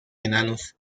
enanos